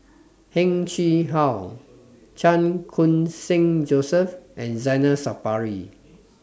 Heng Chee How Chan Khun Sing Joseph and Zainal Sapari